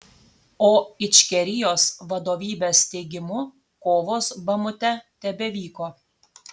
o ičkerijos vadovybės teigimu kovos bamute tebevyko